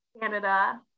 Canada